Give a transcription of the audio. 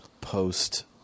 post